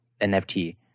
NFT